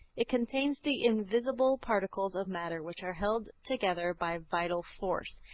it contains the invisible particles of matter which are held together by vital force,